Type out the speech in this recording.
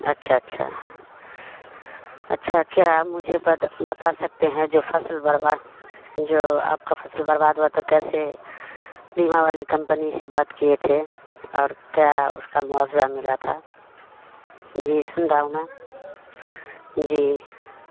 اچھا اچھا اچھا کیا آپ مجھے بتا سکتے ہیں جو فصل برباد جو آپ کا فصل برباد ہوا تو کیسے بیمہ والی کمپنی سے بات کیے تھے اور کیا اس کا ماوضہ ملا تھا جی سن رہاؤوں میں جی